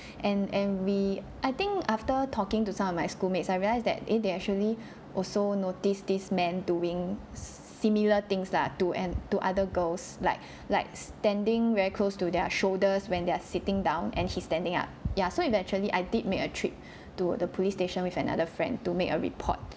and and we I think after talking to some of my schoolmates I realise that eh they actually also notice this man doing similar things lah to and to other girls like like standing very close to their shoulders when they're sitting down and he's standing ah yeah so eventually I did make a trip to the police station with another friend to make a report